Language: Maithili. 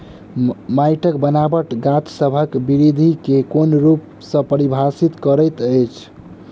माइटक बनाबट गाछसबक बिरधि केँ कोन रूप सँ परभाबित करइत अछि?